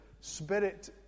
Spirit